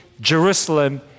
Jerusalem